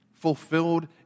Fulfilled